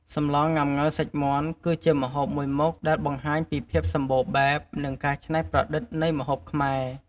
សម្លងុាំង៉ូវសាច់មាន់គឺជាម្ហូបមួយមុខដែលបង្ហាញពីភាពសម្បូរបែប និងការច្នៃប្រឌិតនៃម្ហូបខ្មែរ។